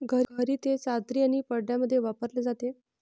घरी ते चादरी आणि पडद्यांमध्ये वापरले जाते